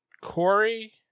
Corey